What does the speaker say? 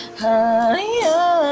higher